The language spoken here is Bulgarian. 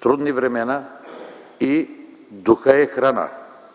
трудни времена и духът е храна,